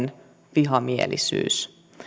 vihamielisyys